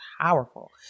powerful